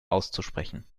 auszusprechen